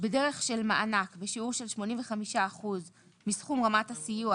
בדרך של שמענק בשיעור של 85 אחוזים מסכום רמת הסיוע